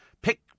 Pick